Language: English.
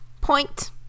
point